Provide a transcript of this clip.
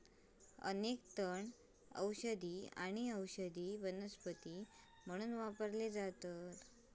अनेक तण औषधी आणि औषधी वनस्पती म्हणून वापरले जातत